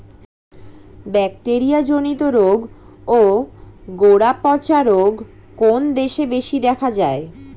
Bacteria জনিত রোগ ও গোড়া পচা রোগ কোন দেশে বেশি দেখা যায়?